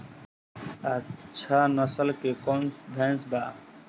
अच्छा नस्ल के कौन भैंस बा?